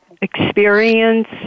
experience